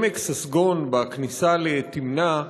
עמק ססגון, בכניסה לתמנע,